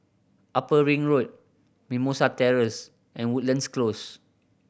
Upper Ring Road Mimosa Terrace and Woodlands Close